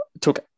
took